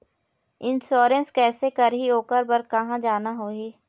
Insurance कैसे करही, ओकर बर कहा जाना होही?